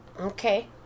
Okay